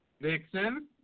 Vixen